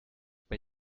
bei